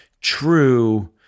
true